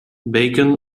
bacon